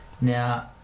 Now